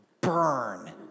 burn